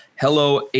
Hello